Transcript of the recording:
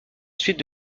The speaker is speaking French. suite